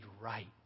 right